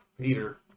Peter